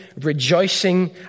rejoicing